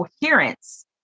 coherence